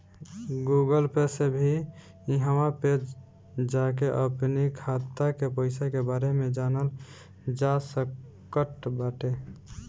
Google Pay से भी इहवा पे जाके अपनी खाता के पईसा के बारे में जानल जा सकट बाटे